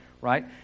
right